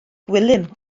gwilym